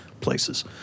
places